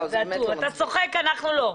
אתה צוחק, אנחנו לא.